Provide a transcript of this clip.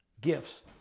gifts